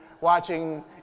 watching